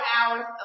hours